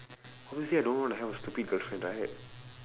obviously I don't want a hella stupid girlfriend right